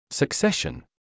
Succession